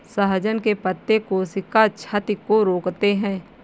सहजन के पत्ते कोशिका क्षति को रोकते हैं